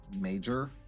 major